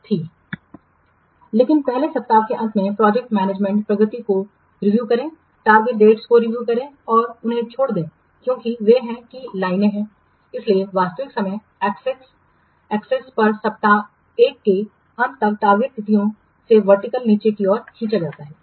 Refer Slide Time 2125 लेकिन पहले सप्ताह के अंत में प्रोजेक्ट मैनेजमेंट प्रगति काे रिव्यू करें टारगेट डेटसतिथियों को रिव्यू करें और उन्हें छोड़ दें क्योंकि वे हैं कि लाइनें हैं इसलिए वास्तविक समय एक्सेस पर सप्ताह 1 के अंत तक टारगेट तिथियों से वर्टिकल नीचे की ओर खींचा जाता है